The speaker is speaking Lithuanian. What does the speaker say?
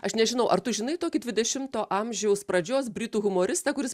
aš nežinau ar tu žinai tokį dvidešimto amžiaus pradžios britų humoristą kuris